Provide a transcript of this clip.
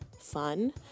fun